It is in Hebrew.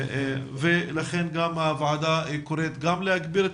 ולכן גם הוועדה קוראת גם להגביר את